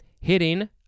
hitting